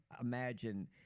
imagine